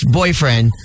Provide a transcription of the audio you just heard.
boyfriend